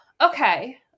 okay